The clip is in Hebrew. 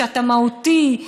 שאתה מהותי,